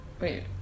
Wait